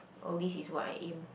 all these is what I aim